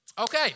Okay